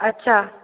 अछा